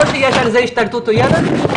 או שיש על זה השתלטות עוינת?